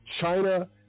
China